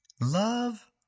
love